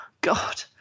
god